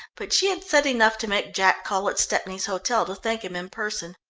but she had said enough to make jack call at stepney's hotel to thank him in person.